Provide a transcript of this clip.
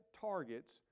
targets